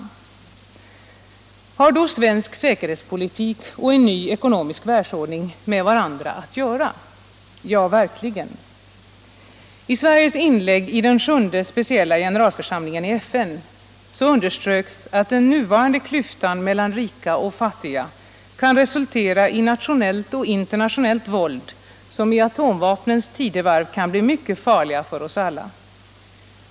Har då svensk säkerhetspolitik och en ny ekonomisk världsordning med varandra att göra? Ja, verkligen. I Sveriges inlägg i den sjunde speciella generalförsamlingen i FN underströks att den nuvarande klyftan mellan rika och fattiga kan resultera i nationellt och internationellt våld, som i atomvapnens tidevarv kan bli mycket farligt för oss alla.